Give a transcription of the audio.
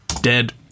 Dead